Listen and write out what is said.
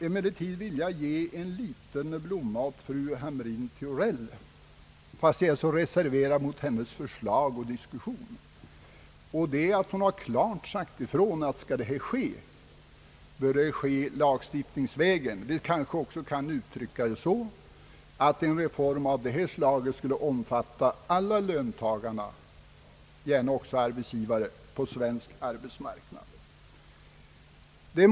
Emellertid vill jag ge en liten blomma åt fru Hamrin-Thorell, fastän jag är så reserverad mot hennes förslag och inlägg i diskussionen. Det är för att hon klart sagt ifrån, att om detta skall ske, så bör det ske lagstiftningsvägen. Det kanske också kan uttryckas så, att en reform av detta slag skulle omfatta alla löntagare, och gärna även arbetsgivare och fria yrkesutövare, på den svenska arbetsmarknaden.